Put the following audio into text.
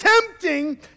tempting